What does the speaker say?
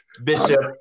Bishop